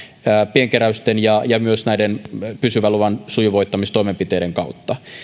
pienkeräysten ja ja myös näiden pysyvän luvan sujuvoittamistoimenpiteiden kautta